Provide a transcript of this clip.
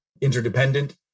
interdependent